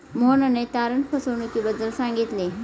मोहनने तारण फसवणुकीबद्दल सांगितले